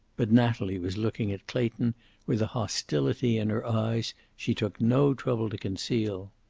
but natalie was looking at clayton with a hostility in her eyes she took no trouble to conceal.